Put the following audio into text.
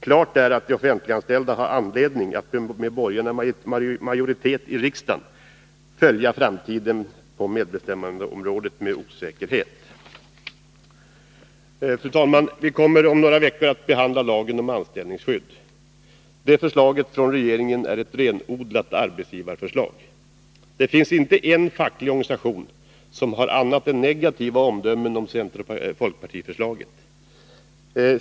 Klart är att de offentliganställda — när borgarna har majoritet i riksdagen — har anledning att betrakta framtiden på medbestämmandeområdet med osäkerhet. Fru talman! Vi kommer om några veckor att behandla lagen om anställningsskydd. Det förslaget från regeringen är ett renodlat arbetsgivarförslag. Det finns inte en enda facklig organisation som har annat än negativa omdömen om center-folkpartiförslaget.